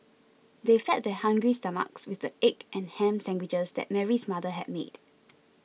they fed their hungry stomachs with the egg and ham sandwiches that Mary's mother had made